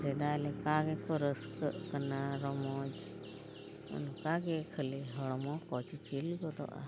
ᱥᱮᱫᱟᱭ ᱞᱮᱠᱟ ᱜᱮᱠᱚ ᱨᱟᱹᱥᱠᱟᱹᱜ ᱠᱟᱱᱟ ᱨᱚᱢᱚᱡ ᱚᱱᱠᱟᱜᱮ ᱠᱷᱟᱹᱞᱤ ᱦᱚᱲᱢᱚ ᱠᱚ ᱠᱤᱪᱤᱞ ᱜᱚᱫᱚᱜᱼᱟ